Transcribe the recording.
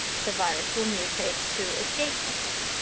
the virus will mutate to escape from it.